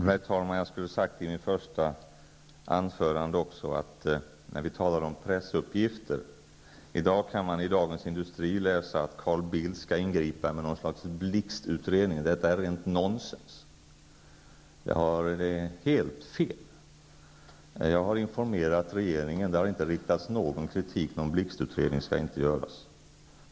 Herr talman! Jag skulle i mitt första anförande på tal om pressuppgifter också ha sagt att man i dag kan läsa i Dagens Industri att Carl Bildt skall ingripa med någon slags blixtutredning. Detta är rent nonsens. Det är helt fel. Jag har informerat regeringen. Det har inte uttalats någon kritik, någon blixtutredning skall inte göras.